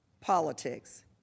politics